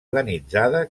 organitzada